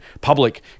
public